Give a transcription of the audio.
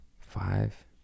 five